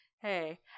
Hey